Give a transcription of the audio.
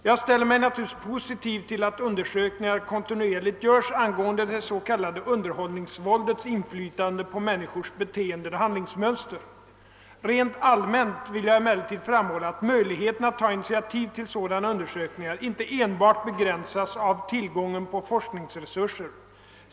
Jag ställer mig naturligtvis positiv till att undersökningar kontinuerligt görs angående det s.k. underhållningsvåldets inflytande på människors beteenden och handlingsmönster. Rent allmänt vill jag emellertid framhålla att möjligheterna att ta initiativ till sådana undersökningar inte enbart begränsas av tillgången på forskningsresurser.